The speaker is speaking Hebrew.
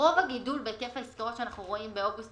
שרוב הגידול בהיקף העסקאות שאנחנו רואים באוגוסט